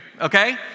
okay